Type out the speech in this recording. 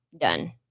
Done